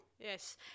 Yes